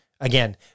Again